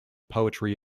poetry